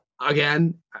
Again